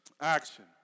action